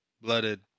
blooded